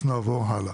אז נעבור הלאה.